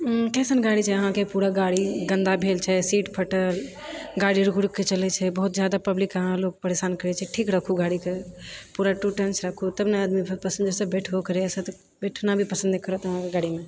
कइसन गाड़ी छै अहाँकेँ पूरा गाड़ी गन्दा भेल छै सीट फटल गाड़ी रूकि रूकि कऽ चलैत छै बहुत जादा पब्लिकके अहाँलोग परेशान करैत छियै ठीक रखु गाड़ीके पूरा टू टंच राखु तब ने आदमी फेर पसिंजर सब बैठबो करैए सब बैठना भी पसन्द करत अहाँकेँ गाड़ीमे